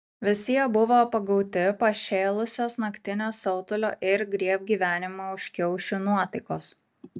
visi jie buvo pagauti pašėlusios naktinio siautulio ir griebk gyvenimą už kiaušių nuotaikos